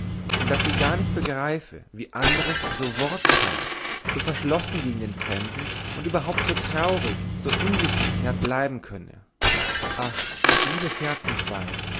und daß sie gar nicht begreife wie andres so wortkarg so verschlossen gegen den fremden und überhaupt so traurig so in sich gekehrt bleiben könne ach liebes herzensweib